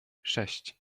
sześć